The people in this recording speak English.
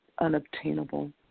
unobtainable